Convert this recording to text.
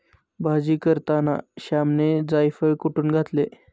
भाजी करताना श्यामने जायफळ कुटुन घातले